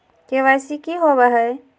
KYC की हॉबे हय?